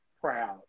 proud